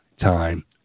Time